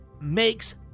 makes